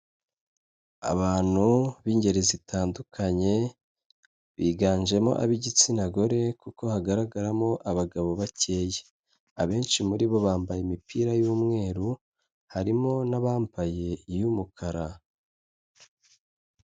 Abantu b'ingeri zitandukanye, biganjemo ab'igitsina gore kuko hagaragaramo abagabo bakeya, abenshi muri bo bambaye imipira y'umweru, harimo n'abambaye iy'umukara.